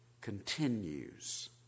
continues